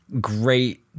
great